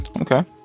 Okay